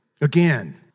Again